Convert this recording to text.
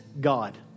God